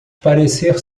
parecer